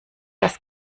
das